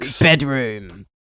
bedroom